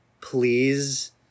please